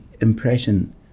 impression